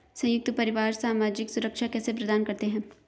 संयुक्त परिवार सामाजिक सुरक्षा कैसे प्रदान करते हैं?